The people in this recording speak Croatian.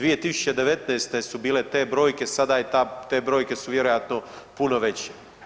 2019. su bile te brojke, sada je ta, te brojke su vjerojatno puno veće.